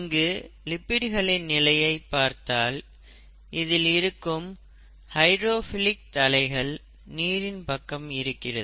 இங்கு லிப்பிடுகளின் நிலையை பார்த்தால் இதில் இருக்கும் ஹைடிரோஃபிலிக் தலைகள் நீரின் பக்கம் இருக்கிறது